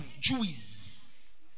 juice